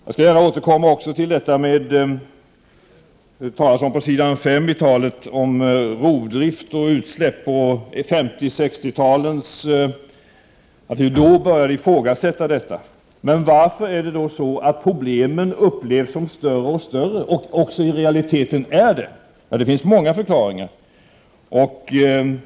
Jag skall gärna också återkomma till vad han sade i talet om rovdrift och utsläpp, att vi under 50 och 60-talen började ifrågasätta detta. Men varför är det då så att problemen upplevs bli större och större och även i realiteten har blivit det? Det finns många förklaringar till det.